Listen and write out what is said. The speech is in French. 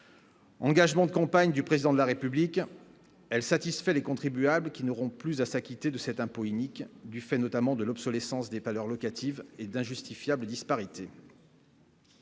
Engagement de campagne du président de la République elle satisfait les contribuables qui n'auront plus à s'acquitter de cet impôt inique, du fait notamment de l'obsolescence des valeurs locatives et d'injustifiables disparités.